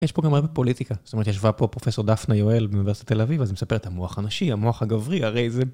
יש פה גם הרבה פוליטיקה, זאת אומרת ישבה פה פרופסור דפנה יואל מאוניברסיטת תל אביב, אז היא מספרת את המוח הנשי, המוח הגברי, הרי זה...